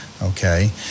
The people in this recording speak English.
Okay